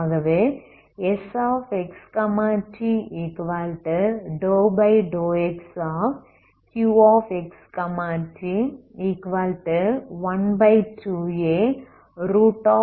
ஆகவே Sxt∂Qxt∂x12απte x242t